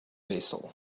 basil